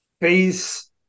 face